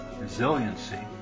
resiliency